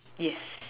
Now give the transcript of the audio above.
yes